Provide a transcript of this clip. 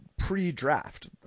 pre-draft